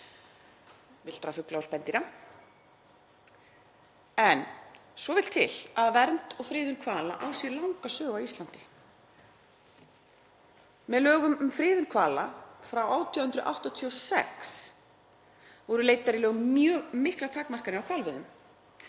villtra fugla og spendýra, en svo vill til að vernd og friðun hvala á sér langa sögu á Íslandi. Með lögum um friðun hvala frá 1886 voru leiddar í lög mjög miklar takmarkanir á hvalveiðum.